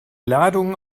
ladung